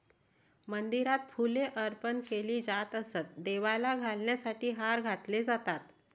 मंदिरात फुले अर्पण केली जात असत, देवाला घालण्यासाठी हार घातले जातात